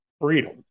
freedom